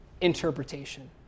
interpretation